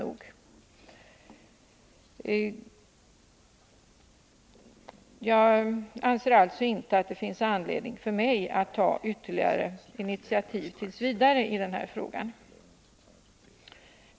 Jag anser alltså inte att det t.v. finns någon anledning för mig att ta ytterligare initiativ i den här frågan.